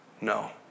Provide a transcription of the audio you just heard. No